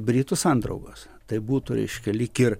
britų sandraugos tai būtų reiškia lyg ir